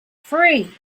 free